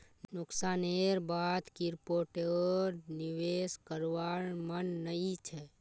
नुकसानेर बा द क्रिप्टोत निवेश करवार मन नइ छ